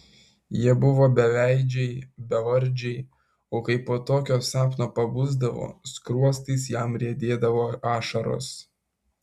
jie buvo beveidžiai bevardžiai o kai po tokio sapno pabusdavo skruostais jam riedėdavo ašaros